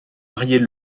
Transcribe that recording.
mariés